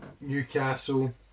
Newcastle